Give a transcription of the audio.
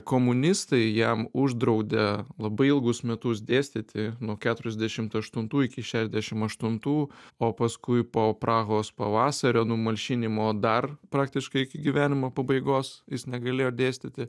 komunistai jam uždraudė labai ilgus metus dėstyti nuo keturiasdešimt aštuntų iki šešdešim aštuntų o paskui po prahos pavasario numalšinimo dar praktiškai iki gyvenimo pabaigos jis negalėjo dėstyti